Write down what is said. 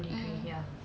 mm